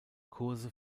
kurse